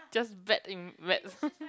just bad in maths